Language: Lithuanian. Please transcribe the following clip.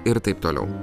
ir taip toliau